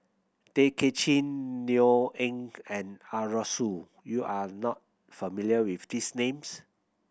Tay Kay Chin Neo Anngee and Arasu you are not familiar with these names